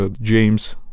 James